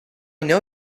know